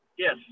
Yes